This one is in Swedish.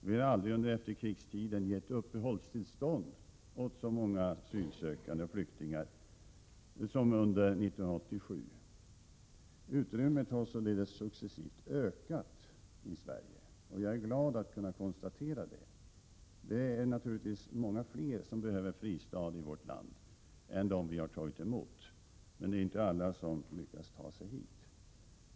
Vi har aldrig under efterkrigstiden gett uppehållstillstånd åt så många asylsökande flyktingar som under 1987. Utrymmet har således ökat successivt i Sverige, och jag är glad att kunna konstatera det. Det finns naturligtvis många fler som behöver en fristad i vårt land än dem som vi har tagit emot. Det är inte alla som lyckas ta sig hit.